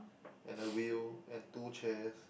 and the wheel and two chairs